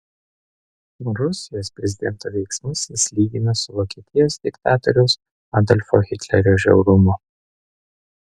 rusijos prezidento veiksmus jis lygino su vokietijos diktatoriaus adolfo hitlerio žiaurumu